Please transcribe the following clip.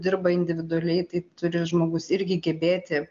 dirba individualiai tai turi žmogus irgi gebėti